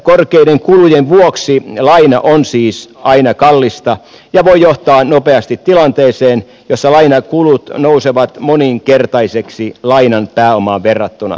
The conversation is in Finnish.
korkeiden kulujen vuoksi laina on siis aina kallista ja voi johtaa nopeasti tilanteeseen jossa lainakulut nousevat moninkertaisiksi lainan pääomaan verrattuna